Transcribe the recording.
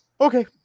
Okay